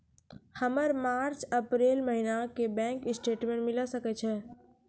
हमर March April महीना के बैंक स्टेटमेंट मिले सकय छै?